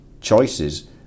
choices